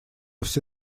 все